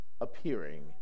appearing